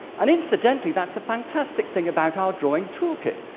and incidentally that's a fantastic thing about our drawing tool kit,